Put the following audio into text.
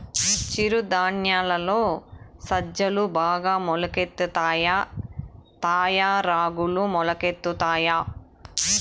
చిరు ధాన్యాలలో సజ్జలు బాగా మొలకెత్తుతాయా తాయా రాగులు మొలకెత్తుతాయా